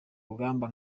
rugamba